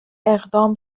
اقدام